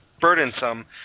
burdensome